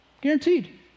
Guaranteed